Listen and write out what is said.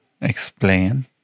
explain